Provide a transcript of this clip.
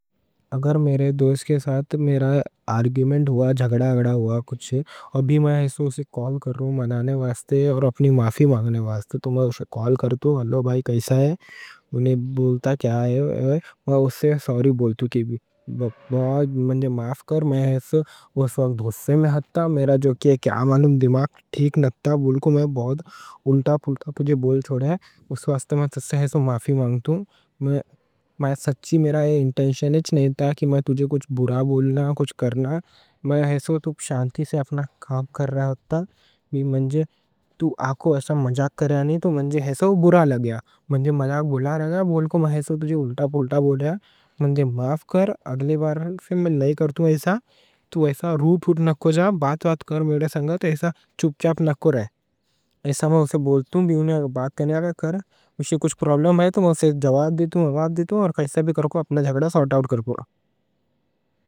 اگر میرے دوست کے ساتھ میرا آرگیمنٹ ہوا، جھگڑا وگڑا ہوا کچھ ہے، ابھی میں اسے، اسے کال کر رہا ہوں، منانے واسطے اور اپنی معافی مانگنے واسطے۔ تو میں اسے کال کرتو: ہلو بھائی، کیسا ہے؟ میں اسے سوری بولتو: مان جا، معاف کر۔ میں اس وقت غصّے میں تھا، میرا جو کیا، معلوم دماغ ٹھیک نہ تھا؛ میں بہت الٹا پلٹا تجھے بول چھوڑا ہوں، اس واسطے میں اسے معافی مانگتا ہوں۔ میں سچی، میرا اِنٹینشن اچھّا نہیں تھا کہ میں تجھے کچھ برا بولنا، کچھ کرنا؛ میں تو شانتی سے اپنا کام کر رہا رہتا۔ تو آ کو ایسا مجاک کر رہا نئیں تو اگر ایسا برا لگیا، مجاک بھلا رہا؛ میں ایسا تجھے الٹا پلٹا بول رہا، مان جا، معاف کر۔ اگلے بار میں نئیں کرتا ہوں ایسا؛ تو ایسا رو پھٹ نکو جا، بات بات کر میرے سنگھا؛ تو ایسا چپ چاپ نکو رہا ہے، ایسا میں اسے بولتا ہوں۔ بھی انہیں بات کرنے آگا کر؛ میں کچھ پرابلم ہے تو وہ سے جواب دیتا ہوں، اور ایسا بھی کرو کہ اپنا جھگڑا سوٹ آؤٹ کرو۔